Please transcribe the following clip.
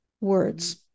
words